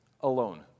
alone